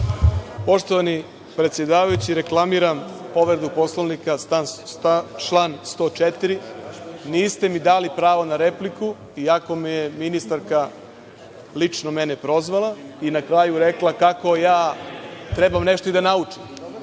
Poštovani predsedavajući, reklamiram povredu Poslovnika, član 104. Niste mi dali pravo na repliku, iako me je ministarka lično prozvala i na kraju rekla kako trebam nešto i da naučim. Dakle,